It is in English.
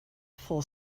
full